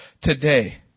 today